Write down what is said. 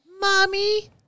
Mommy